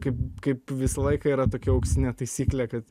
kaip kaip visą laiką yra tokia auksinė taisyklė kad